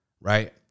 right